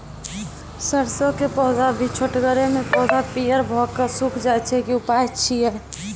सरसों के पौधा भी छोटगरे मे पौधा पीयर भो कऽ सूख जाय छै, की उपाय छियै?